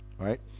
Right